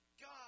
God